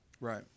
Right